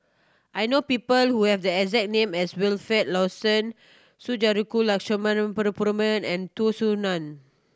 I know people who have the exact name as Wilfed Lawson Sundarajulu Lakshmana and Tan Soo Nan